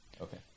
Okay